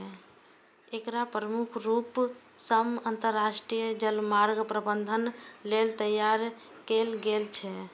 एकरा मुख्य रूप सं अंतरराष्ट्रीय जलमार्ग प्रबंधन लेल तैयार कैल गेल छै